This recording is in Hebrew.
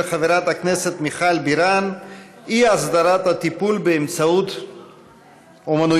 של חברת הכנסת מיכל בירן: אי-הסדרת הטיפול באמצעות אומנויות.